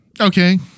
Okay